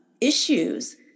issues